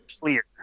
clear